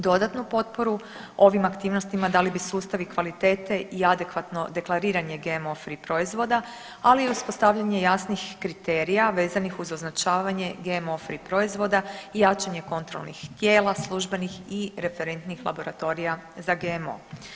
Dodatnu potporu ovim aktivnosti dali bi sustavi kvalitete i adekvatno deklariranje GMO free proizvoda, ali i uspostavljanje jasnih kriterija vezanih uz označavanje GMO free proizvoda i jačanje kontrolnih tijela, službenih i referentnih laboratorija za GMO.